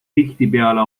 tihtipeale